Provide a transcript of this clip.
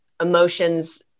emotions